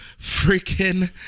freaking